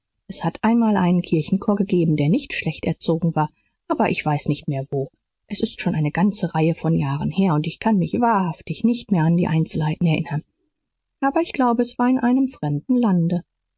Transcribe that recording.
es hat einmal einen kirchenchor gegeben der nicht schlecht erzogen war aber ich weiß nicht mehr wo es ist schon eine ganze reihe von jahren her und ich kann mich wahrhaftig nicht mehr an die einzelheiten erinnern aber ich glaube es war in einem fremden lande